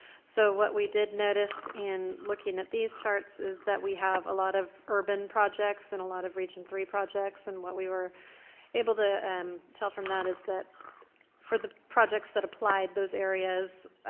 so what we did notice in looking at these charts is that we have a lot of urban projects and a lot of region three projects. and what we were able to um tell from that is that for the projects that applied those areas,